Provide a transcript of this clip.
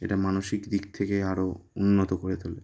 এটা মানসিক দিক থেকে আরো উন্নত করে তোলে